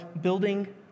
building